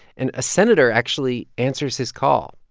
and a senator actually answers his call.